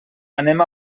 anem